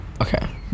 Okay